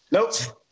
Nope